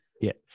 yes